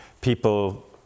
People